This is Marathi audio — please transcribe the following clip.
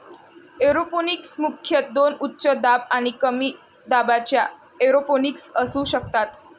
एरोपोनिक्स मुख्यतः दोन उच्च दाब आणि कमी दाबाच्या एरोपोनिक्स असू शकतात